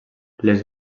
les